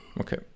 Okay